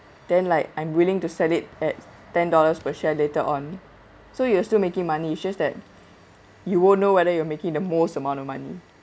then like I'm willing to sell it at ten dollars per share later on so you're still making money it's just that you won't know whether you're making the most amount of money